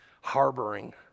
harboring